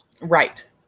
right